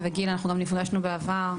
וגיל, אנחנו גם נפגשנו בעבר.